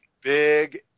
big